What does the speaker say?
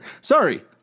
Sorry